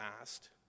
asked